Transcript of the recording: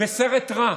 בסרט רע.